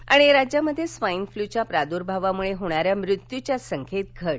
आणि राज्यामध्ये स्वाइन फ्लूच्या प्रार्द्भावामुळे होणाऱ्या मृत्यूच्या संख्येत घट